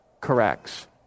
corrects